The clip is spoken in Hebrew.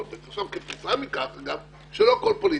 כתוצאה מכך שלא הכול פוליטיקה,